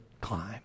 climb